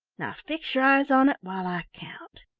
now fix your eyes on it while i count.